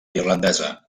irlandesa